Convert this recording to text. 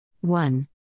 One